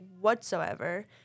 whatsoever